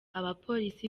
abapolisi